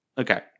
Okay